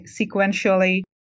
sequentially